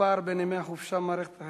הפער בין מספר ימי החופשה בבתי-הספר